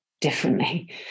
differently